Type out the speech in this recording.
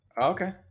Okay